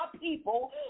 people